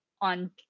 on